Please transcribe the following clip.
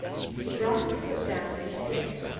he brought his foot down with a stamp.